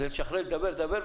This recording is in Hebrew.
לשחרר ולאפשר לדבר לדבר,